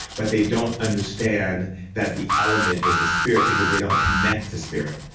but they don't understand that the element is a spirit because they don't connect to spirit.